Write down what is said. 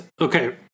Okay